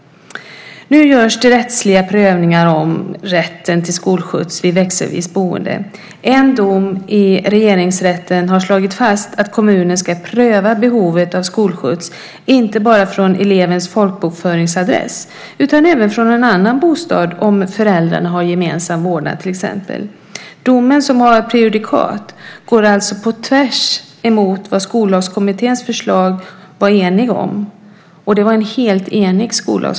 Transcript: Nu görs det rättsliga prövningar om rätten till skolskjuts vid växelvis boende. En dom i Regeringsrätten har slagit fast att kommunen ska pröva behovet av skolskjuts, inte bara från elevens folkbokföringsadress utan även från en annan bostad om föräldrarna har gemensam vårdnad till exempel. Domen som har prejudikat går alltså tvärs emot vad Skollagskommittén var helt enig om i sitt förslag.